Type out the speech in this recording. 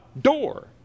door